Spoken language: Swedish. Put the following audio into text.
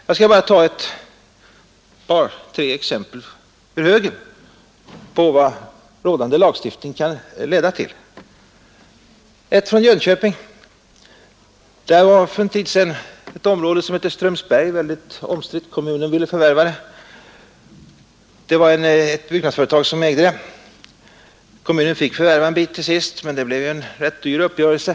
Jag skall bara ta ett par tre exempel ur högen på vad rådande lagstiftning kan leda till. Ett exempel hämtar jag från Jönköping. Där var för en tid sedan ett område som heter Strömsberg väldigt omstritt. Kommunen ville förvärva det; det var byggnadsföretag som ägde området. Kommunen fick förvärva en bit till sist, men det blev en dyr uppgörelse.